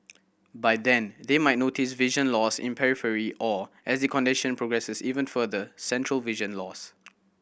by then they might notice vision loss in periphery or as the condition progresses even further central vision loss